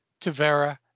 Tavera